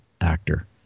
actor